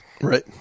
Right